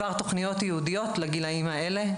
תוכניות ייעודיות לגילאים האלה,